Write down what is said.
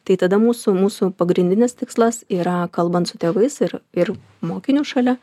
tai tada mūsų mūsų pagrindinis tikslas yra kalbant su tėvais ir ir mokiniu šalia